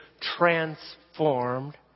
transformed